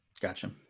gotcha